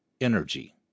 Energy